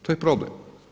To je problem.